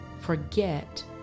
forget